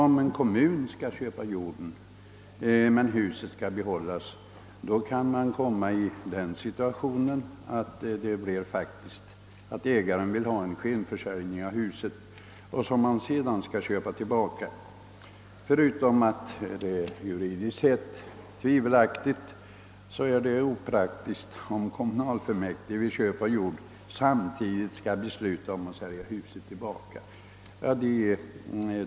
Om en kommun skall köpa jorden men huset skall behållas kan man komma i den situationen, att ägaren vill ha en skenförsäljning av huset, som han alltså sedan ämnar köpa tillbaka. Förutom att det juridiskt sett är tvivelaktigt är det opraktiskt om kommunalfullmäktige vid köp av jord samtidigt skall besluta om att sälja tillbaka huset.